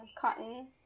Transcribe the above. cotton